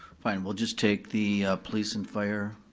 fine, we'll just take the police and fire